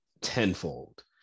tenfold